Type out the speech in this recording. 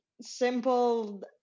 simple